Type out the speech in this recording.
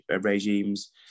regimes